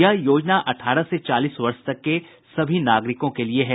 यह योजना अठारह से चालीस वर्ष तक के सभी नागरिकों के लिए है